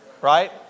Right